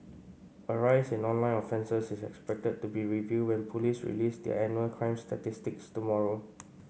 a rise in online offences is expected to be revealed when police release their annual crime statistics tomorrow